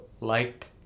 liked